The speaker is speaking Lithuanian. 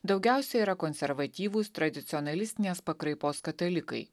daugiausiai yra konservatyvūs tradicionalistinės pakraipos katalikai